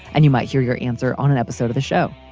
and you might hear your answer on an episode of the show.